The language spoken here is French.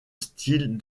style